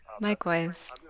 Likewise